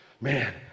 Man